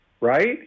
right